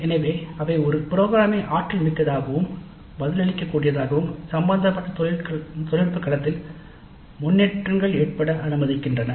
எனவே அவை ஒரு ப்ரோக்ராமை ஆற்றல்மிக்கதாகவும் பதிலளிக்கக்கூடியதாகவும் சம்பந்தப்பட்ட தொழில்நுட்ப களத்தில் முன்னேற்றங்கள் ஏற்பட அனுமதிக்கின்றன